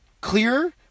clear